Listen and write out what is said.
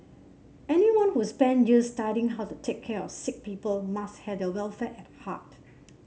anyone who spend years studying how to take care of sick people must have their welfare at heart